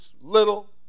little